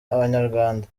abanyarwanda